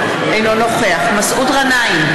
אינו נוכח מסעוד גנאים,